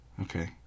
okay